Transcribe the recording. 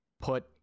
put